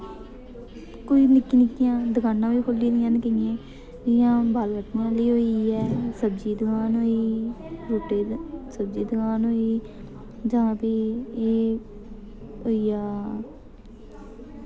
कोई निक्की निक्कियां दकानां बी खोह्ली दि'यां न केइयें जि'यां बाल कट्टने आह्ली होइयै सब्जी दकान होई फ्रूटै ते सब्जी दकान होई जां भी एह् होई जा